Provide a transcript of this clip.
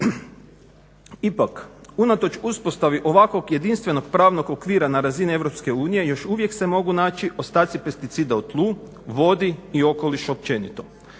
Ipak, unatoč uspostavi ovakvog jedinstvenog pravnog okvira na razini EU još uvijek se mogu naći ostaci pesticida u tlu, vodi i okolišu općenito.